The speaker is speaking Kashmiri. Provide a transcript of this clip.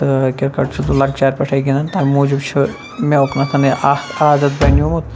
تہٕ کِرکَٹ چھُس بہٕ لۄکچار پٮ۪ٹھَے گِنٛدَان تَمہِ موٗجوٗب چھُ مےٚ وٕ کانٛہہ کانٛہہ نَے اَکھ عادت بنیومُت